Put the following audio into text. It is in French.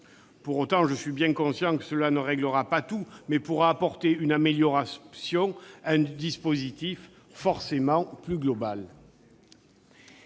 Pour autant, je suis bien conscient qu'une telle mesure ne réglera pas tout, mais elle pourrait apporter une amélioration à un dispositif forcément plus global.